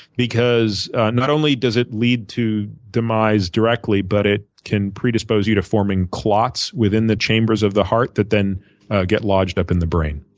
because not only does it lead to demise directly but it can predispose you to forming clots within the chambers of the hear that then get lodged up in the brain.